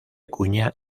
cuña